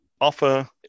offer